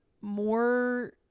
more